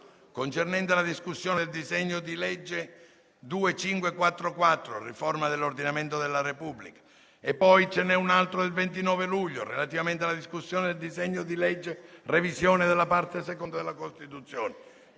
concernente la discussione del disegno di legge n. 2544, di riforma dell'ordinamento della Repubblica. Poi c'è un altro precedente, del 29 luglio, relativamente alla discussione del disegno di legge di revisione della Parte II della Costituzione.